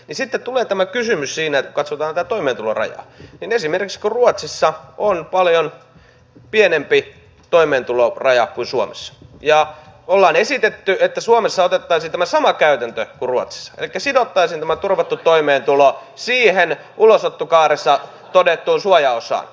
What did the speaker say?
sitten tulee tämä kysymys siinä kun katsotaan tätä toimeentulorajaa että esimerkiksi ruotsissa on paljon pienempi toimeentuloraja kuin suomessa ja ollaan esitetty että suomessa otettaisiin tämä sama käytäntö kuin ruotsissa elikkä sidottaisiin tämä turvattu toimeentulo siihen ulosottokaaressa todettuun suojaosaan